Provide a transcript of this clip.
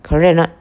correct or not